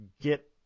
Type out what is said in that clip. get –